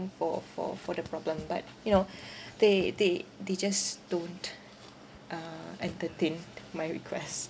for for for the problem but you know they they they just don't uh entertain my requests